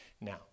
Now